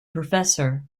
professor